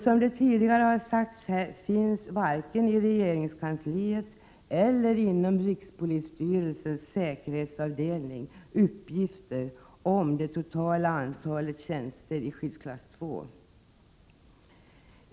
Som tidigare har sagts finns det varken i regeringskansliet eller inom rikspolisstyrelsens säkerhetsavdelning uppgifter om det totala antalet tjänster i skyddsklass 2.